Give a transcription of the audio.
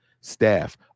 staff